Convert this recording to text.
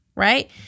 Right